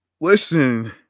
listen